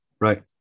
Right